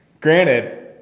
Granted